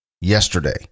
yesterday